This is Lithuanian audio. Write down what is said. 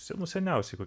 senų seniausiai